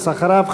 ואחריו,